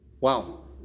Wow